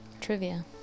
trivia